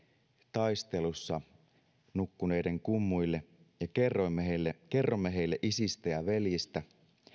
taistelussa nukkuneiden kummuille ja kerromme heille kerromme heille isistä ja veljistä